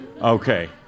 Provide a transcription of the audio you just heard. Okay